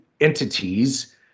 entities